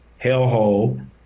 hellhole